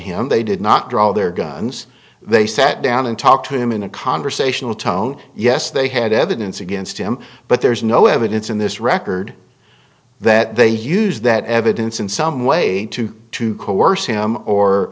him they did not draw their guns they sat down and talked to him in a conversational tone yes they had evidence against him but there's no evidence in this record that they used that evidence in some way to coerce him or